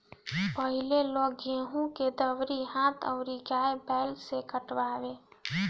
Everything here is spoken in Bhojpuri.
पहिले लोग गेंहू के दवरी हाथ अउरी गाय बैल से करवावे